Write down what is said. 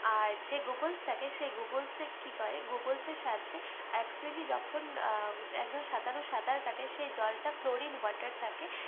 আর যে গোগলস থাকে সে গোগলসের কী করে সেই গুগুলসের সাহায্যে একচুয়ালি যখন একজন সাঁতারু সাঁতার কাটে সেই জলটা ক্লোরিন ওয়াটার থাকে